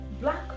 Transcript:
black